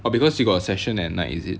oh because you got a session at night is it